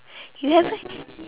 you haven't